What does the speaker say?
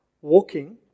walking